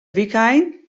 wykein